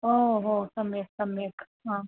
ओहो सम्यक् सम्यक् हा